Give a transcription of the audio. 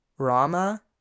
Rama